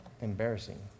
embarrassing